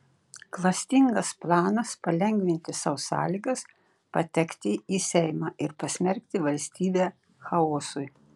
klastingas planas palengvinti sau sąlygas patekti į seimą ir pasmerkti valstybę chaosui